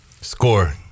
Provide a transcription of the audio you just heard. score